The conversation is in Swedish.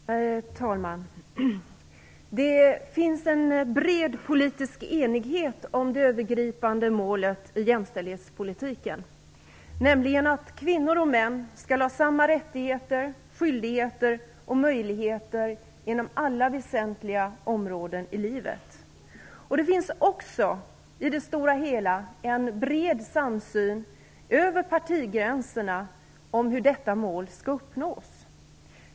Herr talman! Det finns en bred politisk enighet om det övergripande målet i jämställdhetspolitiken, nämligen att kvinnor och män skall ha samma rättigheter, skyldigheter och möjligheter inom alla väsentliga områden i livet. Det finns också i det stora hela en bred samsyn över partigränserna om hur detta mål skall uppnås.